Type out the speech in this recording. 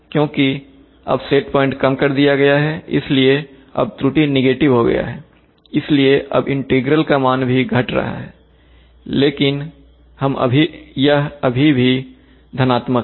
क्योंकि अब set point कम कर दिया गया है इसलिए अब त्रुटि नेगेटिव हो गया है इसलिए अब इंटीग्रल का मान भी घट रहा है लेकिन अभी भी यह धनात्मक है